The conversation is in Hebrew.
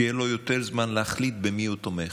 שיהיה לו יותר זמן להחליט במי הוא תומך.